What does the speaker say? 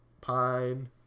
Pine